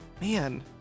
man